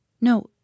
No